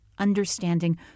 understanding